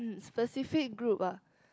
specific group ah